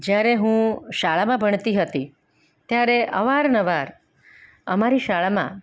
જ્યારે હું શાળામાં ભણતી હતી ત્યારે અવારનવાર અમારી શાળામાં